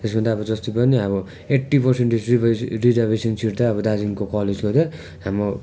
यसमा त अब जत्ति पनि अब एट्टी परसन्टेज रिजर्भेसन सिट चाहिँ अब दार्जिलिङको कलेजको थियो हाम्रो